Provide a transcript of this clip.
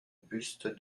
buste